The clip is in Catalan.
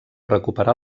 recuperar